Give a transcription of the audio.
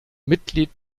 mitglied